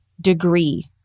degree